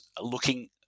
looking